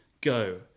go